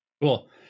Cool